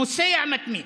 נוסע מתמיד.